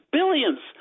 billions